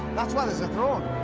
that's what it's at wrong